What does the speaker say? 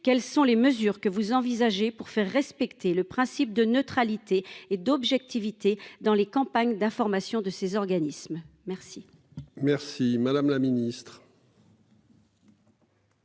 quelles sont les mesures que vous envisagez pour faire respecter le principe de neutralité et d'objectivité dans les campagnes d'information de ces organismes. Merci. Merci, madame la Ministre.